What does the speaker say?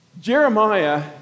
Jeremiah